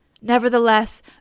Nevertheless